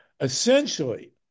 essentially